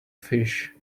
fish